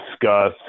discuss